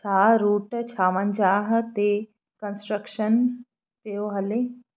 छा रूट छावंजाह ते कंस्ट्र्क्शन पियो हले